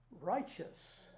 righteous